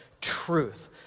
truth